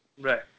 Right